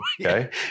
Okay